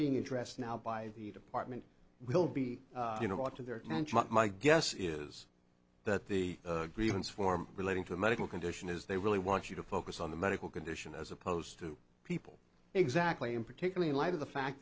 being addressed now by the department will be you know ought to there and my guess is that the grievance form relating to the medical condition is they really want you to focus on the medical condition as opposed to people exactly and particularly in light of the fact